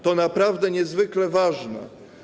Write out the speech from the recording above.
To naprawdę niezwykle ważne.